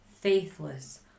faithless